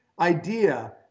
idea